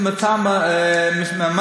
אני נעזרתי בך, ואתה פעלת בעניין.